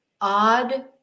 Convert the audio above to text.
odd